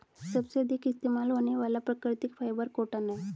सबसे अधिक इस्तेमाल होने वाला प्राकृतिक फ़ाइबर कॉटन है